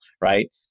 right